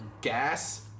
gas